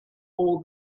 all